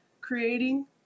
creating